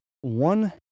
one